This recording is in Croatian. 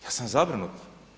Ja sam zabrinut.